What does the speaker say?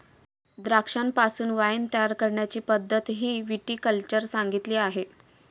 द्राक्षांपासून वाइन तयार करण्याची पद्धतही विटी कल्चर सांगितली आहे